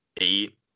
eight